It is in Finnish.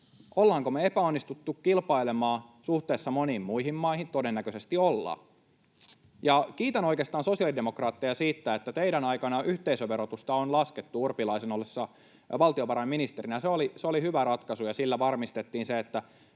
Ollaanko me epäonnistuttu kilpailemaan suhteessa moniin muihin maihin? Todennäköisesti ollaan. Kiitän oikeastaan sosiaalidemokraatteja siitä, että teidän aikana yhteisöverotusta on laskettu Urpilaisen ollessa valtiovarainministerinä. Se oli hyvä ratkaisu, ja sillä varmistettiin se,